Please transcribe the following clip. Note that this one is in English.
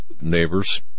neighbors